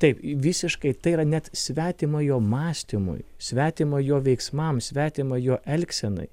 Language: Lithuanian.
taip visiškai tai yra net svetimojo mąstymui svetimojo veiksmams svetimojo elgsenai